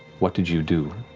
what did you do,